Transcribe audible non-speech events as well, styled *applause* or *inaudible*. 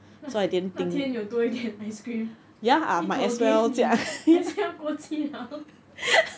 *laughs* 那天有多一点 ice cream 一口给你很像要过期了 *laughs*